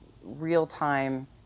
real-time